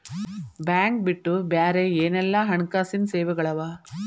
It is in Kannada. ಬ್ಯಾಂಕ್ ಬಿಟ್ಟು ಬ್ಯಾರೆ ಏನೆಲ್ಲಾ ಹಣ್ಕಾಸಿನ್ ಸೆವೆಗಳವ?